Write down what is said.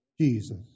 Jesus